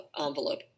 envelope